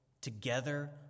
together